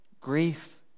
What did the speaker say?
Grief